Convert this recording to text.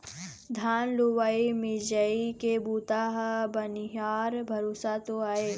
धान लुवई मिंजई के बूता ह बनिहार भरोसा तो आय